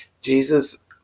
Jesus